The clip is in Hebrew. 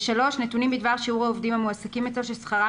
פריט (3): נתונים בדבר שיעור העובדים המועסקים אצלו ששכרם